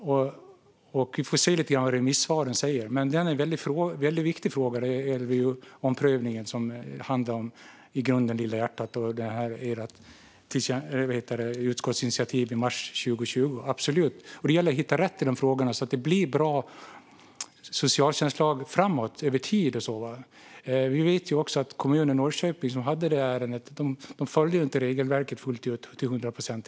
Vi får se vad remissvaren säger. Prövningen, som i grunden handlar om "Lilla hjärtat", och ert utskottsinitiativ i mars 2020 är absolut viktiga frågor. Och det gäller att hitta rätt i de frågorna så att det blir en bra socialtjänstlag framåt, över tid. Vi vet också att Norrköpings kommun, som hade det ärendet, inte heller följde regelverket till hundra procent.